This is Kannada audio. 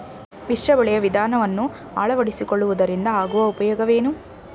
ಮಿಶ್ರ ಬೆಳೆಯ ವಿಧಾನವನ್ನು ಆಳವಡಿಸಿಕೊಳ್ಳುವುದರಿಂದ ಆಗುವ ಉಪಯೋಗವೇನು?